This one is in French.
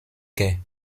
quais